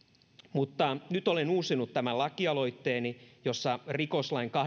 nyt olen uusinut tämän lakialoitteeni jossa rikoslain